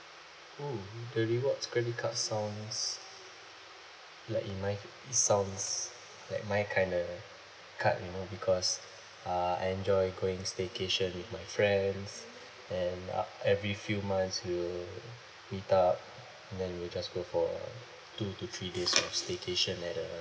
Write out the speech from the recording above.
mm the rewards credit card sounds like it might it sounds like my kinda card you know because uh enjoy going staycation with my friends and uh every few months we'll meet up then we'll just go for uh two to three days of staycation at the